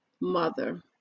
mother